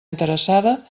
interessada